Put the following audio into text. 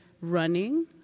running